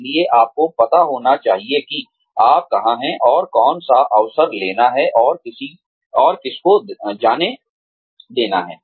इसलिए आपको पता होना चाहिए कि आप कहां हैं और कौन सा अवसर लेना है और किसको जाने देना है